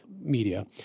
media